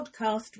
podcast